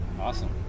Awesome